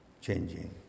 changing